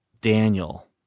Daniel